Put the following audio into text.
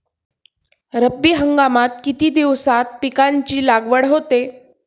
रब्बी हंगामात किती दिवसांत पिकांची लागवड होते?